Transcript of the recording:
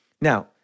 Now